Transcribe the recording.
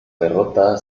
derrota